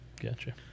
Gotcha